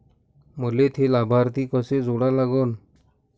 मले थे लाभार्थी कसे जोडा लागन?